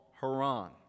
Haran